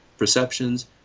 Perceptions